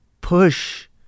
push